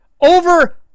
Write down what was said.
Over